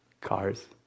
cars